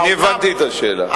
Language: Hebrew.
אני הבנתי את השאלה.